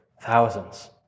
thousands